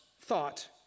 thought